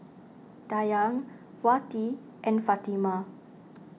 Dayang Wati and Fatimah